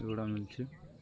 ଏଗୁଡ଼ା ମିଳୁଛି